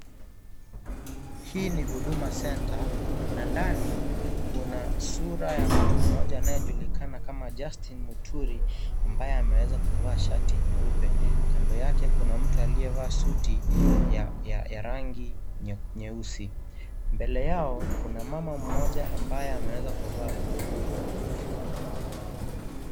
Hii ni Huduma Centre na ndani kuna sura ya mtu mmoja anayejulikana kama Justin Muturi ambaye ameweza kuvaa shati nyeupe , kando yake kuna mtu aliyevaa suti ya rangi nyeusi. Mbele yao kuna mama mmoja ambaye ameweza kuvaa buibui.